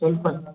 ಸ್ವಲ್ಪ